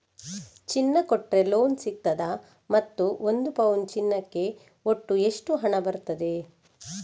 ಚಿನ್ನ ಕೊಟ್ರೆ ಲೋನ್ ಸಿಗ್ತದಾ ಮತ್ತು ಒಂದು ಪೌನು ಚಿನ್ನಕ್ಕೆ ಒಟ್ಟು ಎಷ್ಟು ಹಣ ಬರ್ತದೆ?